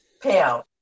payout